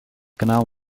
kanaal